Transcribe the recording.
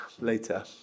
later